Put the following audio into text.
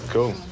Cool